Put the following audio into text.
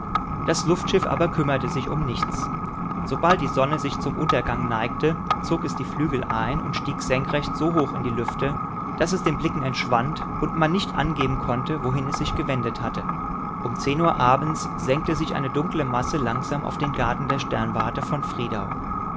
das luftschiff aber kümmerte sich um nichts sobald die sonne sich zum untergang neigte zog es die flügel ein und stieg senkrecht so hoch in die lüfte daß es den blicken entschwand und man nicht angeben konnte wohin es sich gewendet hatte um zehn uhr abends senkte sich eine dunkle masse langsam auf den garten der sternwarte von friedau